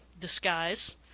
disguise